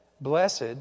blessed